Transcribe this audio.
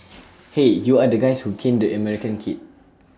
hey you are the guys who caned the American kid